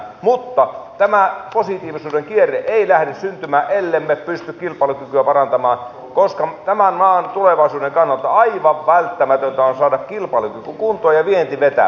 mutta tämä positiivisuuden kierre ei lähde syntymään ellemme pysty kilpailukykyä parantamaan koska tämän maan tulevaisuuden kannalta aivan välttämätöntä on saada kilpailukyky kuntoon ja vienti vetämään